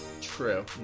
true